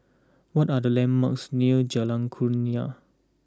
what are the landmarks near Jalan Kurnia